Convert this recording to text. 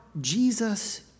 Jesus